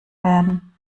werden